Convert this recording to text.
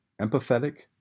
empathetic